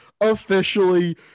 officially